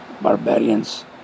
barbarians